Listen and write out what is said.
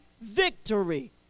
victory